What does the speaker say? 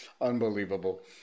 Unbelievable